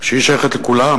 שהיא שייכת לכולם,